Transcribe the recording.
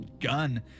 gun